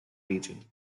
region